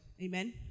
Amen